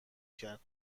کرد